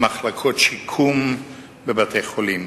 מחלקות שיקום בבתי-חולים.